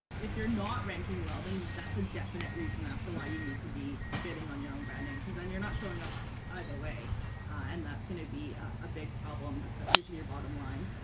if you're not ranking well then that's a definite reason as to why you need to be bidding on your own brand name because then you're not showing up ah either way and that's gonna be a big problem especially to your bottom line.